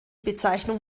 bezeichnung